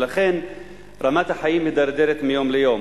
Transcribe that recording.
ולכן רמת החיים מידרדרת מיום ליום.